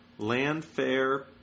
Landfair